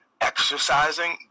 exercising